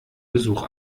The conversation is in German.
besuch